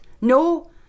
No